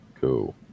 Cool